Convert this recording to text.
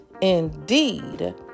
indeed